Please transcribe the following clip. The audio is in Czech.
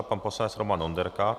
Pan poslanec Roman Onderka.